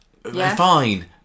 Fine